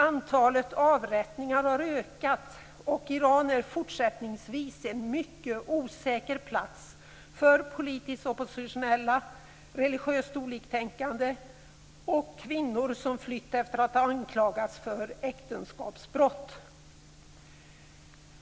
Antalet avrättningar har ökat, och Iran är fortsättningsvis en mycket osäker plats för politiskt oppositionella, religiöst oliktänkande och kvinnor som flytt efter att ha anklagats för äktenskapsbrott.